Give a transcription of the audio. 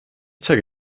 zeige